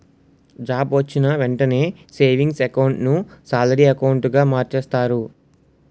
job వొచ్చిన వెంటనే savings account ను సాలరీ అకౌంటుగా మార్చేస్తారు